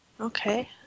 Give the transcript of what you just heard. Okay